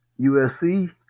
USC